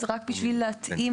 זה רק בשביל להתאים.